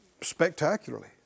spectacularly